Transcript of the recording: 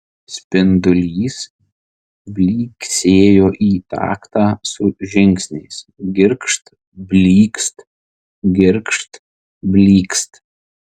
spindulys blyksėjo į taktą su žingsniais girgžt blykst girgžt blykst